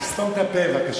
תסתום את הפה, בבקשה.